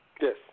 Yes